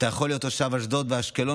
אתה יכול להיות תושב אשדוד ואשקלון